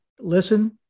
listen